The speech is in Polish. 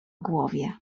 głowie